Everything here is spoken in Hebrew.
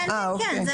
אוקיי.